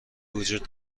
وجود